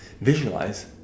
Visualize